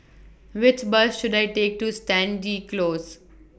Which Bus should I Take to Stangee Close